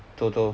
走走